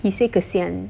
he say kasihan